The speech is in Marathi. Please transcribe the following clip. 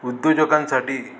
उद्योजकांसाठी